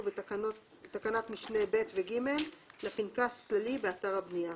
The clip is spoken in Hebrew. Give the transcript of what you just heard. בתקנת משנה (ב) ו-(ג) לפנקס כללי באתר הבנייה.